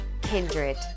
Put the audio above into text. kindred